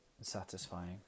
satisfying